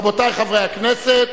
רבותי חברי הכנסת,